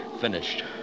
finished